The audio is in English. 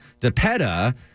DePetta